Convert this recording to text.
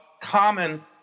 common